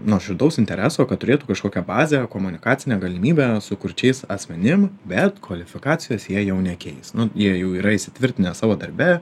nuoširdaus intereso kad turėtų kažkokią bazę komunikacinę galimybę su kurčiais asmenim bet kvalifikacijos jie jau nekeis nu jie jau yra įsitvirtinę savo darbe